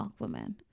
aquaman